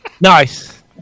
Nice